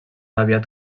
aviat